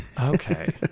Okay